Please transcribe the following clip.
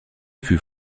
fut